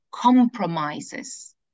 compromises